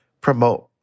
promote